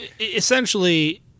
essentially